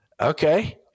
Okay